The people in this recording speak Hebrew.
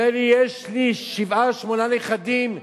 אומר לי: יש לי שבעה-שמונה נכדים מבני.